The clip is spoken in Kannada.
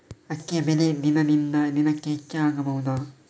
ಅಕ್ಕಿಯ ಬೆಲೆ ದಿನದಿಂದ ದಿನಕೆ ಹೆಚ್ಚು ಆಗಬಹುದು?